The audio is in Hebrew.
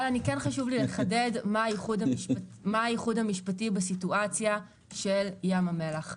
אבל חשוב לי לחדד מה הייחוד המשפטי במצב של ים המלח.